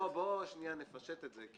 בוא נפשט את זה.